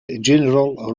general